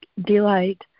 delight